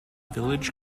village